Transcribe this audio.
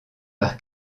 par